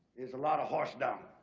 is a lot of horse dung.